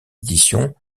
éditions